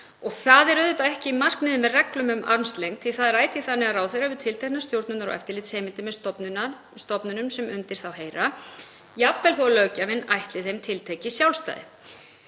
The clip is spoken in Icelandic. Það er auðvitað ekki markmiðið með reglum um armslengd því að það er ætíð þannig að ráðherra hefur tilteknar stjórnunar- og eftirlitsheimildir með stofnunum sem undir hann heyra, jafnvel þó að löggjafinn ætli þeim tiltekið sjálfstæði.